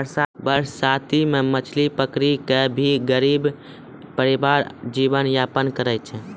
बरसाती मॅ मछली पकड़ी कॅ भी गरीब परिवार जीवन यापन करै छै